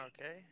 Okay